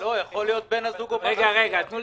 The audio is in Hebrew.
רם, בבקשה.